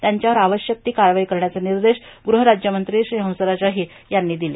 त्यांच्यावर आवश्यक ती कारवाई करण्याचे निर्देश गृहराज्यमंत्री श्री हंसराज अहीर यांनी दिले